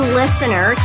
listener